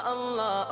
Allah